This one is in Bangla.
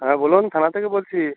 হ্যাঁ বলুন থানা থেকে বলছি